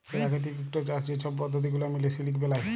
পেরাকিতিক ইকট চাষ যে ছব পদ্ধতি গুলা মিলে সিলিক বেলায়